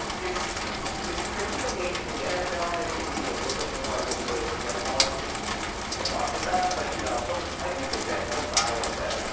it's it's tricky. i mean, in the nfl, maybe you can do a little bit more with those play-calling things i talked about. but you know but i do think that one bias that